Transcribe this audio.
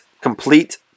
complete